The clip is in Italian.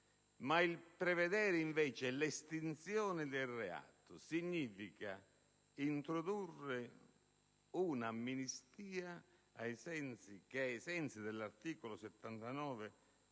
Il prevedere invece l'estinzione del reato significa introdurre un'amnistia che, ai sensi dell'articolo 79